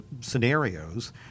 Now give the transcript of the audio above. scenarios